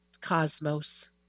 cosmos